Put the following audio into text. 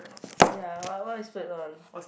ya what what you splurge on